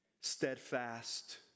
steadfast